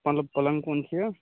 पलब पलङ्ग कोन छिए